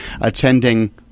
attending